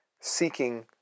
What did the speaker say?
seeking